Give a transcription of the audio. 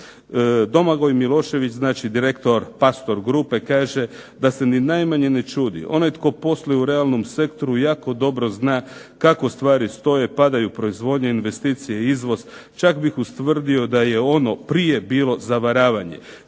Domagoj Milošević direktor Pastor grupe kaže da se ni najmanje ne čudi onaj tko posluje u realnom sektoru jako dobro zna kako stvari stoje. Padaju proizvodnje, investicije, izvoz, čak bih ustvrdio da je ono prije bilo zavaravanje.